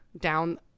down